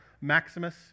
Maximus